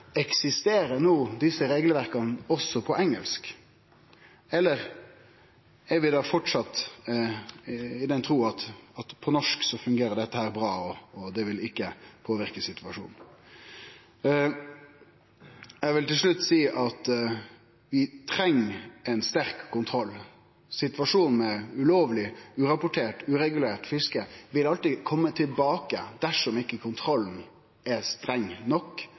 Eksisterer desse regelverka no også på engelsk? Eller er vi framleis i den trua at på norsk fungerer dette bra og vil ikkje påverke situasjonen? Eg vil til slutt seie at vi treng ein sterk kontroll. Situasjonen med ulovleg, urapportert og uregulert fiske vil alltid kome tilbake dersom kontrollen ikkje er streng nok